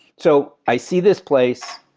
so i see this place,